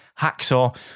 hacksaw